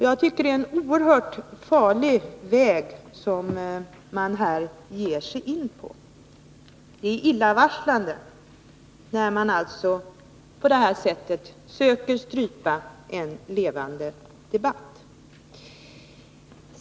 Jag tycker att det är en oerhört farlig väg som man här ger sig in på. Det är illavarslande att man på detta sätt försöker strypa en levande debatt.